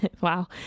Wow